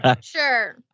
sure